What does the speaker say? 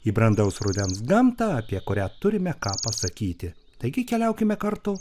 į brandaus rudens gamtą apie kurią turime ką pasakyti taigi keliaukime kartu